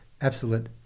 absolute